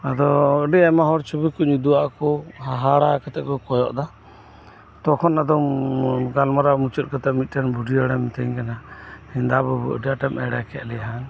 ᱟᱫᱚ ᱟᱹᱰᱤ ᱟᱭᱢᱟ ᱦᱚᱲ ᱪᱷᱚᱵᱤᱠᱩᱧ ᱩᱫᱩᱜ ᱟᱜᱠᱩ ᱦᱟᱦᱟᱲᱟᱜ ᱠᱟᱛᱮᱜ ᱠᱩ ᱠᱚᱭᱚᱜ ᱫᱟ ᱛᱚᱠᱷᱚᱱ ᱟᱫᱚ ᱜᱟᱞᱢᱟᱨᱟᱣ ᱢᱩᱪᱟᱹᱫ ᱠᱟᱛᱮᱜ ᱵᱩᱰᱦᱤ ᱦᱚᱲᱮ ᱢᱤᱛᱟᱹᱧ ᱠᱟᱱᱟ ᱦᱮᱸᱫᱟ ᱵᱟᱹᱵᱩ ᱟᱹᱰᱤ ᱟᱴᱮᱢ ᱮᱲᱮᱠᱮᱫ ᱞᱮᱭᱟ ᱦᱟᱝ